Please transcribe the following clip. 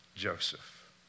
Joseph